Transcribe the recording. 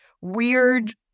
weird